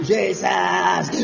Jesus